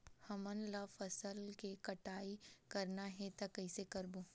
हमन ला फसल के कटाई करना हे त कइसे करबो?